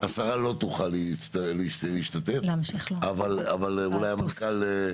השרה לא תוכל להשתתף, אבל אולי המנכ"ל.